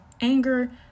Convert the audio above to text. anger